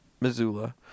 Missoula